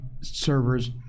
servers